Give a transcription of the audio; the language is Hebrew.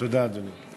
תודה, אדוני.